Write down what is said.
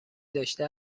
داشته